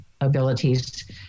abilities